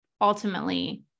ultimately